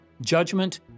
judgment